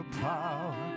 power